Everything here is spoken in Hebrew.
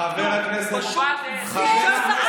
חבר הכנסת סעדה.